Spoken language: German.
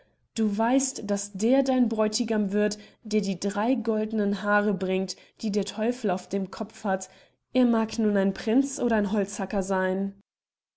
du weißt daß der dein bräutigam wird der die drei goldenen haare bringt die der teufel auf dem kopf hat er mag nun ein prinz oder ein holzhacker seyn